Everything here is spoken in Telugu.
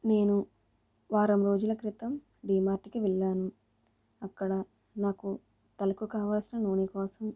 నేను వారం రోజుల క్రితం డిమార్ట్కి వెళ్ళాను అక్కడ నాకు తలకు కావాల్సిన నూనె కోసం